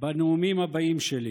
בנאומים הבאים שלי.